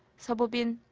so bo-bin,